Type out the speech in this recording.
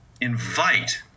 invite